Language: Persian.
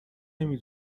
نمی